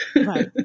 Right